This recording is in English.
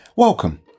Welcome